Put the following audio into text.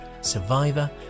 survivor